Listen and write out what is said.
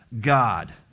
God